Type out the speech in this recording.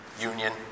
union